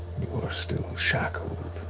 you're still shackled,